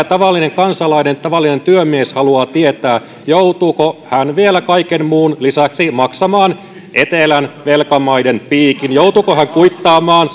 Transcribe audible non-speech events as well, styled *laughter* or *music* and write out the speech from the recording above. *unintelligible* tavallinen kansalainen tavallinen työmies haluaa tietää joutuuko hän vielä kaiken muun lisäksi maksamaan etelän velkamaiden piikin joutuuko hän kuittaamaan *unintelligible*